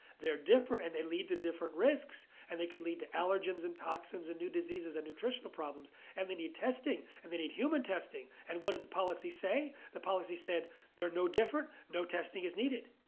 they're different. and they lead to different risks and they can lead to allergens and toxins and new diseases or nutritional problems. and they need testing and they need human testing. and what did the policy say? the policy said there no different, no testing is needed.